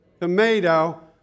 tomato